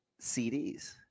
CDs